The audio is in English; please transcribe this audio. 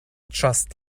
just